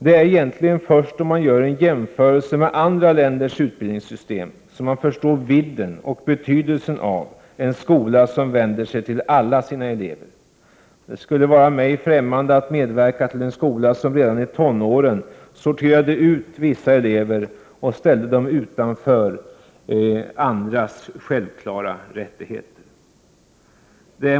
Det är egentligen först när man gör en jämförelse med andra länders utbildningssystem som man förstår vidden och betydelsen av en skola som vänder sig till alla sina elever. Det skulle vara mig främmande att medverka till en skola som sorterade ut vissa elever redan i tonåren och ställde dem utanför andras självklara rättigheter.